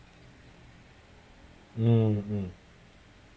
um um